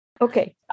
Okay